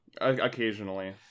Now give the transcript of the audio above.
Occasionally